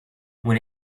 when